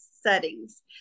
settings